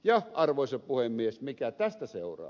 ja arvoisa puhemies mikä tästä seuraa